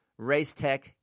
Racetech